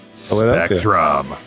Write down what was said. Spectrum